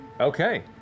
Okay